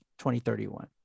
2031